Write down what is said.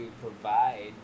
provide